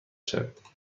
شوید